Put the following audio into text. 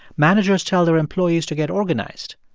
managers tell their employees to get organized.